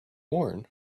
worn